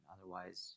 Otherwise